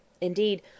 Indeed